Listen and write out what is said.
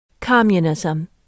Communism